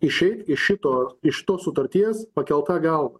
išeit iš šito iš tos sutarties pakelta galva